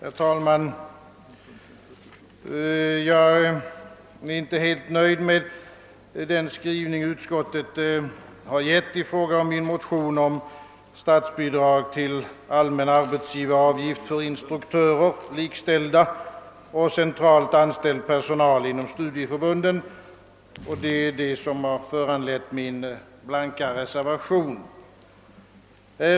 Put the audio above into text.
Herr talman! Jag är inte helt nöjd med den skrivning utskottet gjort i fråga om min motion om statsbidrag till allmän arbetsgivaravgift för instruktörer och likställda samt centralt anställd personal inom studieförbunden. Det är detta som har föranlett min blanka reservation.